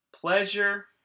pleasure